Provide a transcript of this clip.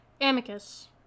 Amicus